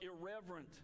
irreverent